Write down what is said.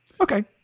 Okay